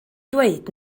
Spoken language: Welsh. dweud